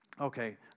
Okay